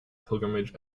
pilgrimage